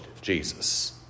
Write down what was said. Jesus